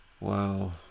Wow